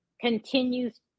continues